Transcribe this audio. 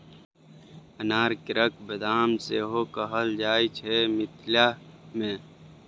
अनार केँ बेदाना सेहो कहल जाइ छै मिथिला मे